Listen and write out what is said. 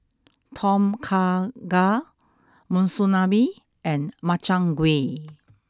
Tom Kha Gai Monsunabe and Makchang Gui